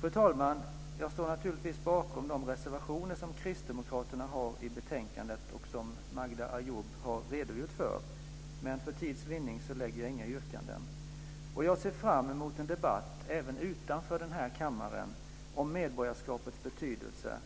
Fru talman! Jag står naturligtvis bakom de reservationer som kristdemokraterna har i betänkandet och som Magda Ayoub har redogjort för, men för tids vinning gör jag inga yrkanden. Jag ser fram emot en debatt även utanför denna kammare om medborgarskapets betydelse,